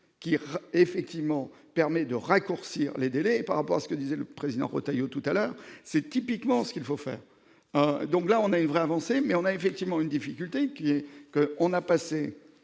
qui effectivement permet de raccourcir les délais, par rapport à ce que disait le président Retailleau tout à la c'est typiquement ce qu'il faut faire, donc là on a une vraie avancée, mais on a effectivement une difficulté qui est que on a passé